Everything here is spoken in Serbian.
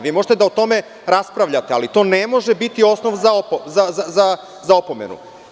Vi možete o tome da raspravljate, ali to ne može biti osnov za opomenu.